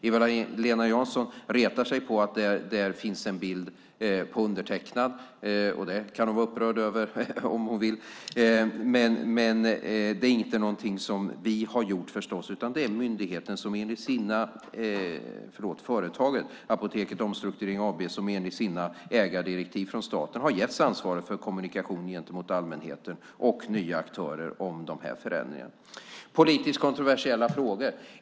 Eva-Lena Jansson retar sig på att det finns en bild på undertecknad. Det kan hon vara upprörd över om hon vill. Men det är förstås inte någonting som vi har gjort, utan det är företaget Apoteket Omstrukturering AB som enligt sina ägardirektiv från staten har getts ansvaret för kommunikation gentemot allmänheten och nya aktörer om dessa förändringar. Är detta en politiskt kontroversiell fråga?